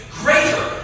greater